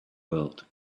world